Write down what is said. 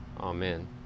Amen